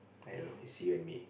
I don't see on me